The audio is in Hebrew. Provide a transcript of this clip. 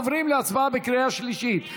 עוברים להצבעה בקריאה שלישית.